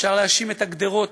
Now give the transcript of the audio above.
אפשר להאשים את הגדרות,